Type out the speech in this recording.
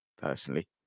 Personally